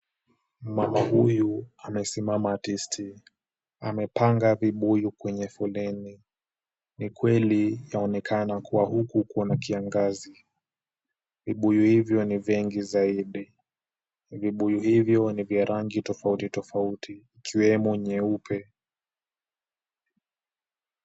Mama huyu amesimama tisti. Amepanga vibuyu kwenye foleni. Ni kweli inaonekana kuwa huku kuna kiangazi. Vibuyu hivyo ni vingi zaidi. Vibuyu hivyo ni vya rangi tofauti tofauti ikiwemo nyeupe.